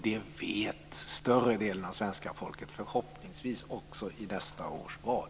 Det vet större delen av svenska folket, förhoppningsvis också i nästa års val.